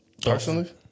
Personally